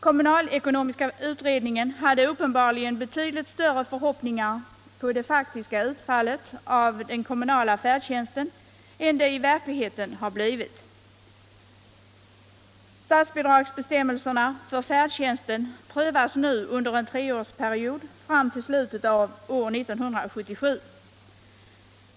Kommunalekonomiska utredningen hade uppenbarligen betydligt större förhoppningar på det faktiska utfallet av den kommande färdtjänsten än det i verkligheten har blivit. Statsbidragsbestämmelserna för färdtjänsten prövas nu under en treårsperiod fram till slutet av 1977.